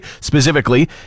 Specifically